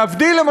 להבדיל,